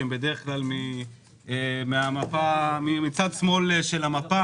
שהן בדרך כלל מצד שמאל של המפה,